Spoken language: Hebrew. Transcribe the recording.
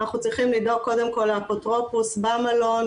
אנחנו צריכים לדאוג קודם כל לאפוטרופוס במלון,